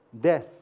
death